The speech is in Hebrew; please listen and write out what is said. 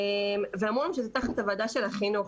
אמרו לנו שזה תחת ועדת החינוך,